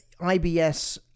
ibs